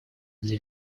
для